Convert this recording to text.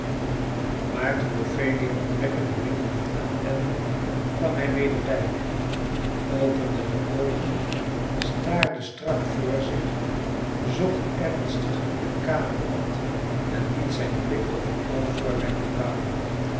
maar toen ophelia opwekkende middelen aanwendde kwam hij weder bij opende de oogen staarde strak voor zich zocht ernstig in de kamer rond en liet zijn blik over alle voorwerpen dwalen